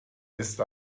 ist